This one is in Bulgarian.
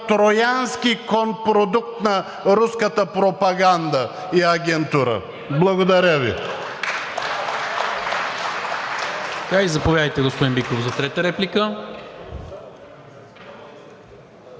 троянски кон, продукт на руската пропаганда и агентура? Благодаря Ви.